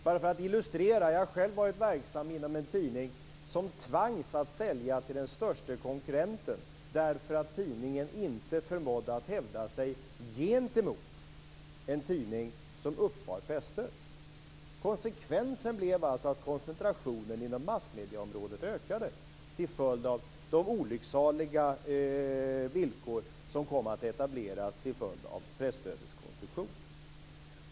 Bara för att illustrera tänkte jag berätta att jag själv har varit verksam inom en tidning som tvangs att sälja till den största konkurrenten därför att tidningen inte förmådde hävda sig gentemot en tidning som uppbar presstöd. Konsekvensen blev alltså att koncentrationen inom massmedieområdet ökade till följd av de olycksaliga villkor som kom att etableras till följd av presstödets konstruktion.